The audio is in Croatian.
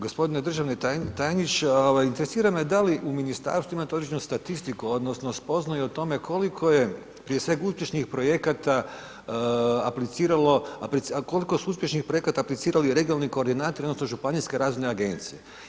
Gospodine državni tajniče, interesiram me da li u ministarstvu imate određenu statistiku, odnosno spoznaju o tome koliko je prije svega uspješnih projekata apliciralo, koliko su uspješnih projekata aplicirali regionalni koordinatori odnosno županijske razvojne agencije.